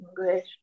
English